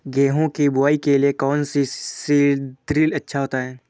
गेहूँ की बुवाई के लिए कौन सा सीद्रिल अच्छा होता है?